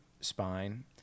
spine